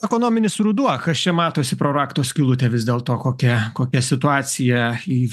ekonominis ruduo kas čia matosi pro rakto skylutę vis dėl to kokia kokia situacija į